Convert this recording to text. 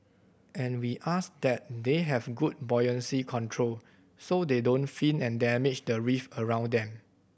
and we ask that they have good buoyancy control so they don't fin and damage the reef around them